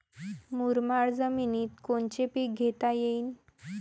मुरमाड जमिनीत कोनचे पीकं घेता येईन?